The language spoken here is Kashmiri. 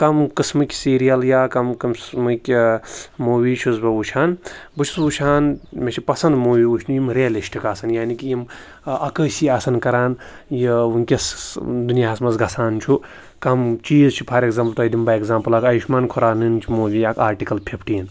کَم قٕسمٕکۍ سیٖریَل یا کَم قٕسمٕکۍ موٗویٖز چھُس بہٕ وٕچھان بہٕ چھُس وٕچھان مےٚ چھِ پَسنٛد موٗوی وٕچھنہِ یِم رِیَلِشٹِک آسَن یعنی کہِ یِم عکٲسی آسَن نہٕ کَران یہِ وٕنۍکٮ۪س دُنیاہَس منٛز گژھان چھُ کم چیٖز چھِ فار اٮ۪کزامپٕل تۄہہِ دِمہٕ بہٕ اٮ۪کزامپٕل اَکھ آیوٗشمان کھُرانٕنۍ چھِ موٗوی اَکھ آٹِکَل فِفٹیٖن